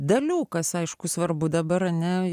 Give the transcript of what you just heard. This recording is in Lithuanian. dalių kas aišku svarbu dabar ne